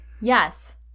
Yes